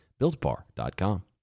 BuiltBar.com